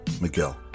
Miguel